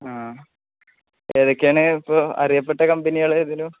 ആ ഏതൊക്കെയാണ് ഇപ്പോള് അറിയപ്പെട്ട കമ്പനികള് ഏതെങ്കിലും